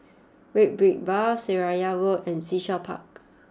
Red Brick Path Seraya Road and Sea Shell Park